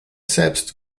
selbst